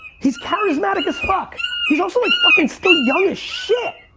he's charismatic as fuck. he's also like fucking still young as shit!